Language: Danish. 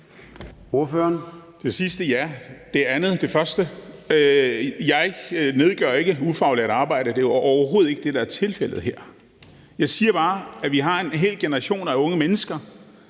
Jeg nedgør ikke ufaglært arbejde. Det er overhovedet ikke det, der er tilfældet her. Jeg siger bare, at vi har en hel generation af unge mennesker,